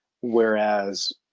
whereas